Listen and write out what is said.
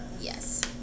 Yes